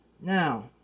Now